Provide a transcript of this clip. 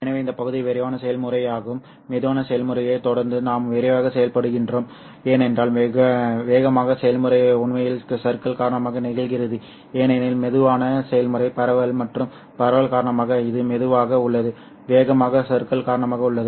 எனவே இந்த பகுதி விரைவான செயல்முறையாகும் மெதுவான செயல்முறையைத் தொடர்ந்து நாம் விரைவாகச் செயல்படுகிறோம் ஏனென்றால் வேகமான செயல்முறை உண்மையில் சறுக்கல் காரணமாக நிகழ்கிறது ஏனெனில் மெதுவான செயல்முறை பரவல் மற்றும் பரவல் காரணமாக இது மெதுவாக உள்ளது வேகமாக சறுக்கல் காரணமாக உள்ளது